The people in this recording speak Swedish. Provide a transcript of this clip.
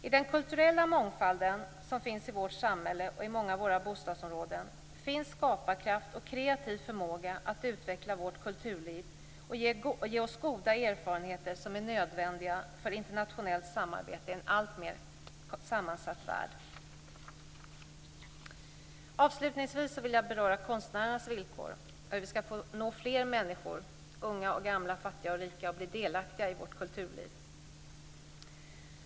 I den kulturella mångfald som finns i vårt samhälle och i många av våra bostadsområden finns det skaparkraft och kreativ förmåga att utveckla vårt kulturliv och att ge oss goda erfarenheter som är nödvändiga för internationellt samarbete i en alltmer sammansatt värld. Avslutningsvis vill jag beröra konstnärernas villkor och hur vi ska få fler människor, unga och gamla, fattiga och rika, att bli delaktiga i vårt kulturliv.